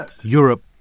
Europe